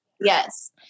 Yes